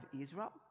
Israel